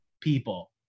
people